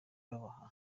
babaha